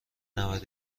نود